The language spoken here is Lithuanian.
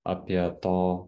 apie to